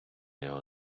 його